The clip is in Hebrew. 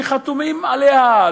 שחתומים עליה,